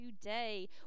today